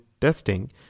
Testing